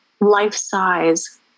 life-size